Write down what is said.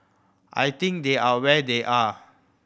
I think they are where they are